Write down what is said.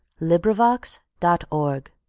LibriVox.org